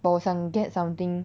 but 我想 get something